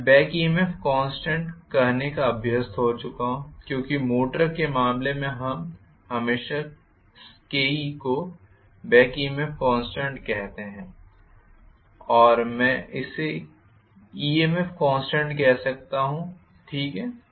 मैं back EMF constant कहने का अभ्यस्त हो चुका हूं क्योंकि मोटर के मामले में हम हमेशा इस Keको बॅक EMF कॉन्स्टेंट कहते हैं और मैं इसे EMF कॉन्स्टेंट कह सकता हूं ठीक है